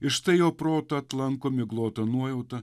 ir štai jau protą atlanko miglota nuojauta